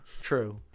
true